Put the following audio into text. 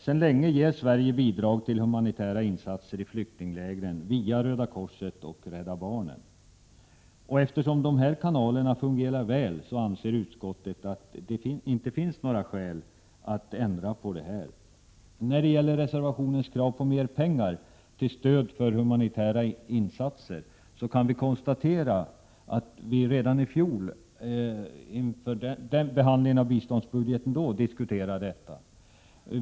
Sverige ger sedan länge bidrag till humanitära insatser i flyktinglägren via Röda korset och Rädda barnen. Eftersom dessa kanaler fungerar väl anser utskottet att det inte finns några skäl att ändra detta. När det gäller kravet i reservationen på mer pengar till stöd för humanitära insatser kan konstateras att riksdagen vid behandlingen av biståndsbudgeten i fjol diskuterade detta.